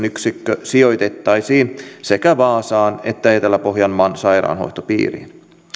yksikkö sijoitettaisiin sekä vaasan että etelä pohjanmaan sairaanhoitopiiriin